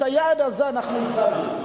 את היעד הזה השגנו.